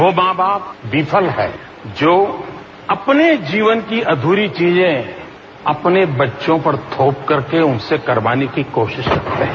वो मां बाप विफल है जो अपने जीवन की अध्री चीजें अपने बच्चों पर थोप करके उनसे करवाने की कोशिश कर रहे हैं